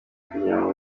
kugirango